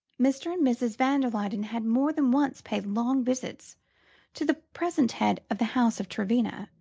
mr. and mrs. van der luyden had more than once paid long visits to the present head of the house of trevenna,